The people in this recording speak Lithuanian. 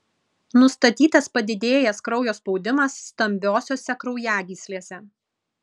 nustatytas padidėjęs kraujo spaudimas stambiosiose kraujagyslėse